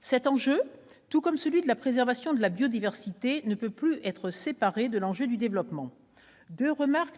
Cet enjeu, tout comme celui de la préservation de la biodiversité, ne peut plus être séparé de l'enjeu du développement. J'ajouterai deux remarques